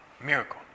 Miracle